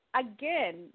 again